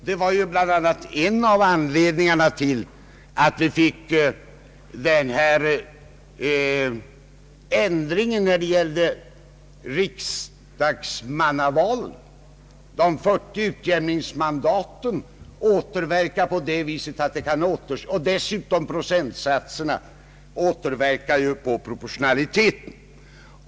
Detta var en av anledningarna till att vi fick en ändring när det gällde riksdagsmannavalen. De 40 utjämningsmandaten och dessutom procentsatserna återverkar på proportionaliteten.